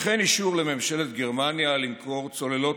וכן אישור לממשלת גרמניה למכור צוללות